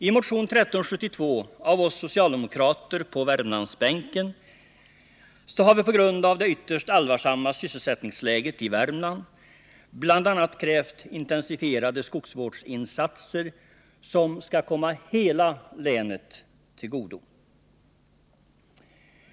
I motion 1372 av oss socialdemokrater på Värmlandsbänken har vi, på grund av det ytterst allvarliga sysselsättningsläget i Värmland, bl.a. krävt intensifierade skogsvårdsinsatser som skall komma hela länet till godo.